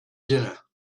dinner